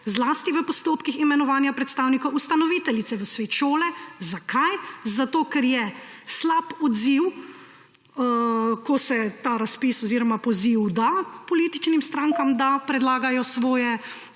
zlasti v postopkih imenovanja predstavnikov ustanoviteljice v svet šole. Zakaj? Ker je slab odziv, ko se ta poziv da političnim strankam, da predlagajo svoje